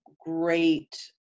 great